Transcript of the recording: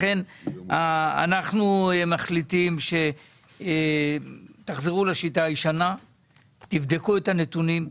לכן אנחנו מחליטים שתחזרו לשיטה הישנה ותבדקו את הנתונים.